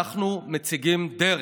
אנחנו מציגים דרך,